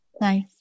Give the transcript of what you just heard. Nice